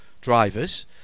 drivers